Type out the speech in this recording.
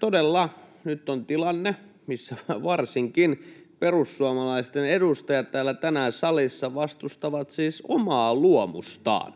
Todella, nyt on tilanne, missä varsinkin perussuomalaisten edustajat tänään täällä salissa vastustavat siis omaa luomustaan